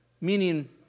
meaning